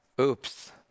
Oops